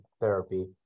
therapy